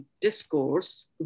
discourse